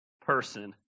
person